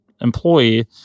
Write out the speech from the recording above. employee